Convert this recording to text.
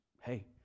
hey